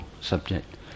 subject